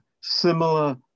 similar